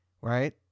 right